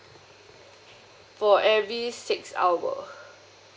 for every six hour